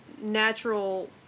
natural